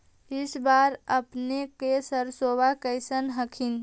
इस बार अपने के सरसोबा कैसन हकन?